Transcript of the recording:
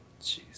Jeez